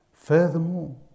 Furthermore